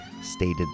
stated